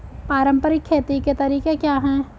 पारंपरिक खेती के तरीके क्या हैं?